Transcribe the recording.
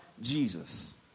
Jesus